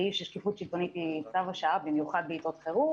והיא ששקיפות שלטונית היא צו השעה במיוחד בעתות חירום,